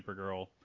Supergirl